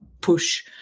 push